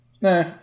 Nah